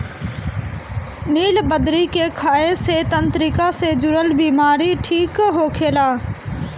निलबदरी के खाए से तंत्रिका से जुड़ल बीमारी ठीक होखेला